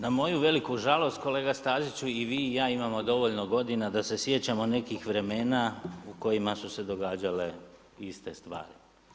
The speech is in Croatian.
Na moju veliku žalost kolega Staziću, i vi i ja imamo dovoljno godina da se sjećamo nekih vremena u kojima su se događale iste stvari.